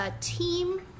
team